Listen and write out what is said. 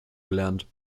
gelernt